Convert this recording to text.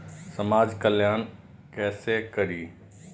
समाज कल्याण केसे करी?